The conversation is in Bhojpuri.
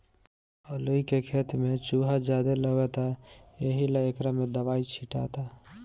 अलूइ के खेत में चूहा ज्यादे लगता एहिला एकरा में दवाई छीटाता